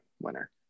winner